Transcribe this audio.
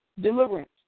deliverance